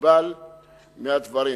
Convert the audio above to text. מבולבל מהדברים.